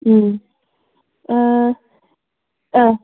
ꯎꯝ ꯑꯥ ꯑꯥ